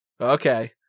Okay